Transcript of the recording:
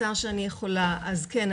הכי קצר שאני יכולה אז כן,